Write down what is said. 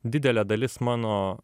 didelė dalis mano